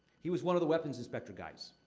he was one of the weapons inspector guys.